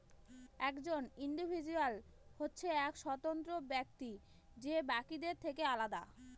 একজন ইন্ডিভিজুয়াল হচ্ছে এক স্বতন্ত্র ব্যক্তি যে বাকিদের থেকে আলাদা